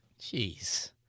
Jeez